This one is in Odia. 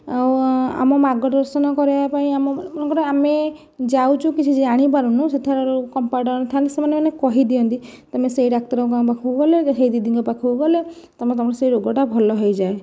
ଆଉ ଆମ ମାର୍ଗଦର୍ଶନ କରିବା ପାଇଁ ଆମ ମନେକର ଆମେ ଯାଉଛୁ କିଛି ଜାଣିପାରୁ ନାହୁଁ ସେଠାରେ କମ୍ପାଉଣ୍ଡର ଥାଆନ୍ତି ସେମାନେ ମାନେ କହିଦିଅନ୍ତି ତୁମେ ସେହି ଡାକ୍ତରଙ୍କ ପାଖକୁ ଗଲେ ସେହି ଦିଦିଙ୍କ ପାଖକୁ ଗଲେ ତୁମେ ତୁମର ସେହି ରୋଗଟା ଭଲ ହୋଇଯାଏ